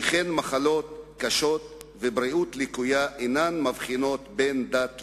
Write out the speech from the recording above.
שכן מחלות קשות ובריאות לקויה אינן מבחינות בין דת,